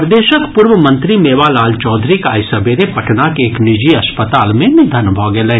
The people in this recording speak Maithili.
प्रदेशक पूर्व मंत्री मेवालाल चौधरीक आइ सबेरे पटनाक एक निजी अस्पताल मे निधन भऽ गेलनि